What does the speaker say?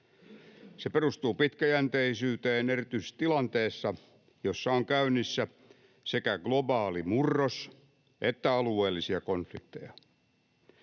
Se perustuu pitkäjänteisyyteen erityisesti tilanteessa, jossa on käynnissä sekä globaali murros että alueellisia konflikteja.